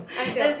ask your